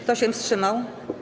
Kto się wstrzymał?